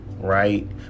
Right